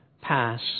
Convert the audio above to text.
pass